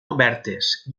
obertes